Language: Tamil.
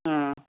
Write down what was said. ம்